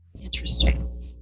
Interesting